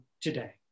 today